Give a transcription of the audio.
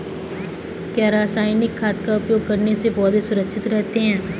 क्या रसायनिक खाद का उपयोग करने से पौधे सुरक्षित रहते हैं?